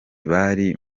bari